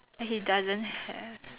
and he doesn't have